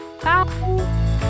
Bye